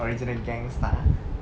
original gangster